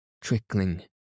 trickling